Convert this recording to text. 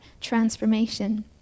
transformation